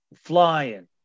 Flying